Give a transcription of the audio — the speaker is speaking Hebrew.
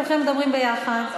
כולכם מדברים ביחד.